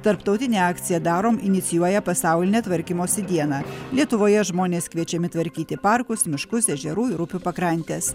tarptautinė akcija darom inicijuoja pasaulinę tvarkymosi dieną lietuvoje žmonės kviečiami tvarkyti parkus miškus ežerų ir upių pakrantes